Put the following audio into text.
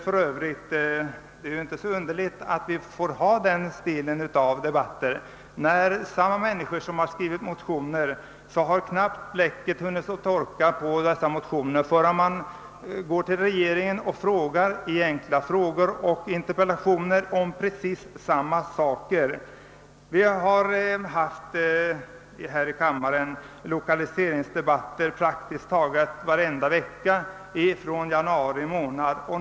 För övrigt är det inte så underligt att vi får den sortens debatter, när de ledamöter som har skrivit motioner innan bläcket har hunnit torka på papperet riktar enkla frågor och interpellationer till regeringen om precis samma saker. Vi har här i kammaren haft lokaliseringsdebatter praktiskt taget varje vecka från januari månad.